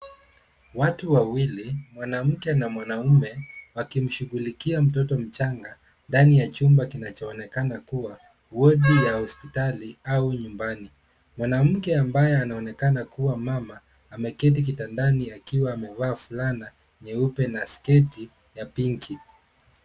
Watu wawili, mwanamke na mwanaume wakimshughulikia mtoto mchanga ndani ya chumba kinachoonekana kuwa wodi ya hospitali au nyumbani. Mwanamke ambaye anaonekana kuwa mama ameketi kitandani akiwa amevaa fulana nyeupe na sketi ya pinki.